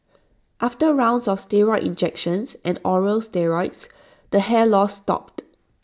after rounds of steroid injections and oral steroids the hair loss stopped